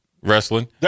wrestling